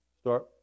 start